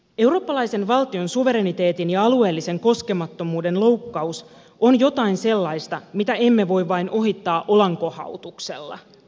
eurooppalaisen valtion suvereniteetin ja alueellisen koskemattomuuden loukkaus on jotain sellaista mitä emme voi vain ohittaa olankohautuksella